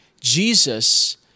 Jesus